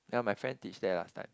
ya my friend teach there last time